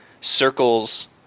circles